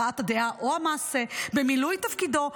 הבעת הדעה או המעשה במילוי תפקידו,